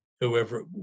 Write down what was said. whoever